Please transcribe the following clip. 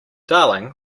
darling